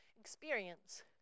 experience